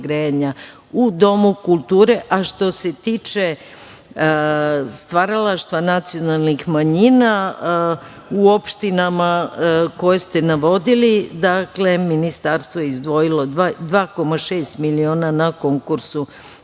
u Domu kulture. Što se tiče stvaralaštva nacionalnih manjina, u opštinama koje ste navodili, Ministarstvo je izdvojilo 2,6 miliona na konkursu